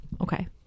okay